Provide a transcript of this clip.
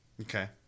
Okay